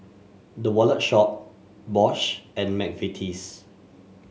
The Wallet Shop Bosch and McVitie's